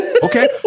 Okay